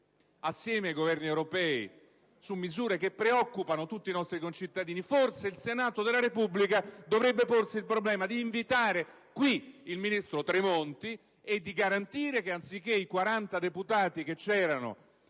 assieme ai Governi europei su misure che preoccupano tutti i nostri concittadini, forse il Senato della Repubblica dovrebbe porsi il problema di invitarlo qui e di garantire che, anziché i 40 deputati che c'erano